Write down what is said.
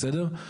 בסדר?